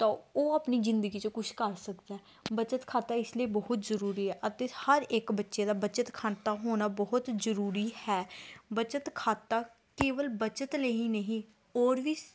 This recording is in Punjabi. ਤਾਂ ਉਹ ਆਪਣੀ ਜ਼ਿੰਦਗੀ 'ਚੋਂ ਕੁਛ ਕਰ ਸਕਦਾ ਬੱਚਤ ਖਾਤਾ ਇਸ ਲਈ ਬਹੁਤ ਜ਼ਰੂਰੀ ਹੈ ਅਤੇ ਹਰ ਇੱਕ ਬੱਚੇ ਦਾ ਬੱਚਤ ਖਾਤਾ ਹੋਣਾ ਬਹੁਤ ਜ਼ਰੂਰੀ ਹੈ ਬੱਚਤ ਖਾਤਾ ਕੇਵਲ ਬੱਚਤ ਲਈ ਹੀ ਨਹੀਂ ਹੋਰ ਵੀ ਸ